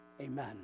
Amen